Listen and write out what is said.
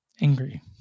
Angry